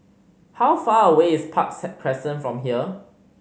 how far away is Park Crescent from here